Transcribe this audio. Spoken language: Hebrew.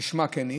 כשמה כן היא,